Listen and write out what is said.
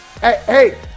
Hey